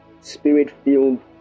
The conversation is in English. spirit-filled